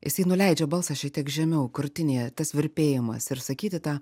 jisai nuleidžia balsą šiek tiek žemiau krūtinėje tas virpėjimas ir sakyti tą